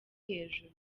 hejuru